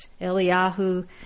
Eliyahu